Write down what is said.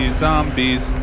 zombies